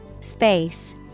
Space